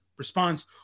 response